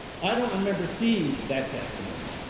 i don't remember seeing that testimony.